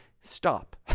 Stop